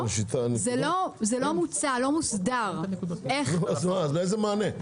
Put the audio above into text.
זה לא מוסדר איך --- אז איזה מענה?